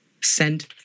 Send